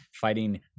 Fighting